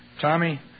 Tommy